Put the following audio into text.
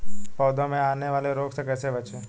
पौधों में आने वाले रोग से कैसे बचें?